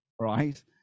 Right